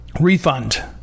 Refund